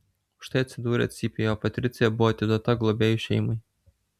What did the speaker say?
už tai atsidūrė cypėje o patricija buvo atiduota globėjų šeimai